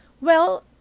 Well